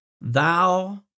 thou